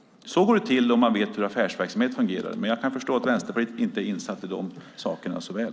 Så går det till om man vet hur affärsverksamhet fungerar. Jag kan förstå att Vänsterpartiet inte är så väl insatt i sådana saker.